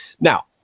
Now